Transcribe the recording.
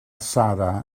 sara